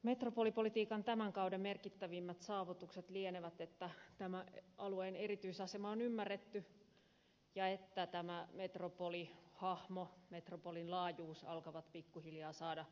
metropolipolitiikan tämän kauden merkittävimmät saavutukset lienevät että tämän alueen erityisasema on ymmärretty ja että tämä metropolihahmo ja metropolin laajuus alkavat pikkuhiljaa saada muotonsa